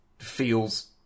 feels